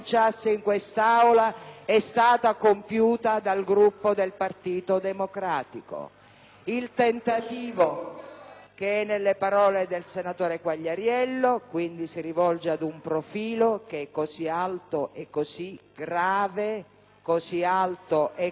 Il tentativo che è nelle parole del senatore Quagliariello, quindi, si rivolge ad un profilo che è così alto e così grave nella nostra Repubblica da non poter essere tollerato.